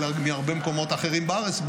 אלא מהרבה מקומות אחרים בארץ,